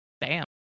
Bam